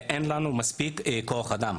ואין לנו מספיק כוח אדם.